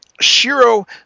Shiro